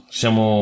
siamo